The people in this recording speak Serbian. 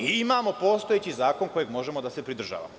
Imamo postojeći zakon kojeg možemo da se pridržavamo.